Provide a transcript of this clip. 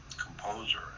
composer